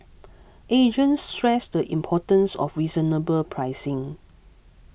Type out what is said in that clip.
agents stress the importance of reasonable pricing